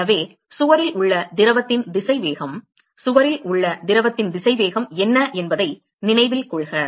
எனவே சுவரில் உள்ள திரவத்தின் திசைவேகம் சுவரில் உள்ள திரவத்தின் திசைவேகம் என்ன என்பதை நினைவில் கொள்க